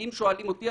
אם שואלים אותי,